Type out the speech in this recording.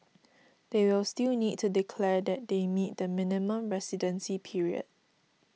they will still need to declare that they meet the minimum residency period